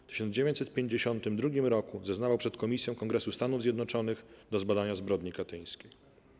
W 1952 roku zeznawał przed komisją Kongresu Stanów Zjednoczonych do zbadania zbrodni katyńskiej.